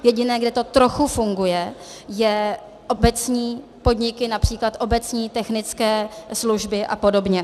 Jediné, kde to trochu funguje, jsou obecní podniky, například obecní technické služby a podobně.